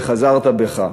וחזרת בך,